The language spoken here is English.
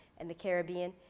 and the caribbean,